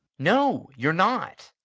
no, you're not.